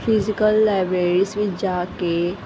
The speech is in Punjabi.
ਫਿਜੀਕਲ ਲਾਇਬ੍ਰੇਰੀਸ ਵਿੱਚ ਜਾ ਕੇ